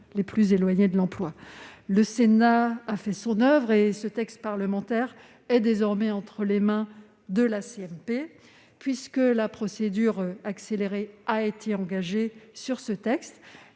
les plus éloignés de l'emploi. Le Sénat a fait son oeuvre et ce texte parlementaire est désormais entre les mains de la CMP. La procédure accélérée ayant été engagée, celle-ci